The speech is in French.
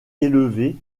élevé